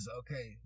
okay